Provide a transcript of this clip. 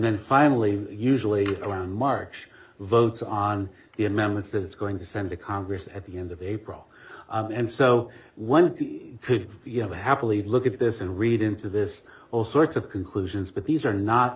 then finally usually around march votes on the amendments it's going to send to congress at the end of april and so one could you happily look at this and read into this all sorts of conclusions but these are not